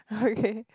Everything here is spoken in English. okay